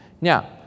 Now